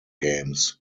games